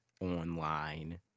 online